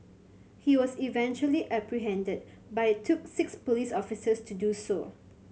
he was eventually apprehended but it took six police officers to do so